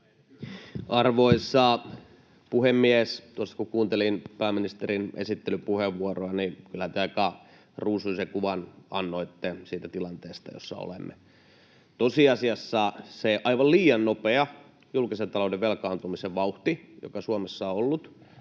Arvoisa puhemies! Tuossa kun kuuntelin pääministerin esittelypuheenvuoroa, niin kyllä te aika ruusuisen kuvan annoitte siitä tilanteesta, jossa olemme. Tosiasiassa se aivan liian nopea julkisen talouden velkaantumisen vauhti, joka Suomessa on ollut